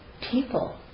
people